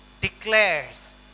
declares